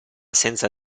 senza